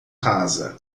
rasa